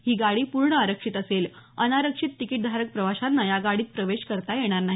ही गाडी पूर्ण आरक्षित असेल अनारक्षित तिकीटधारक प्रवाशांना या गाडीत प्रवेश करता येणार नाही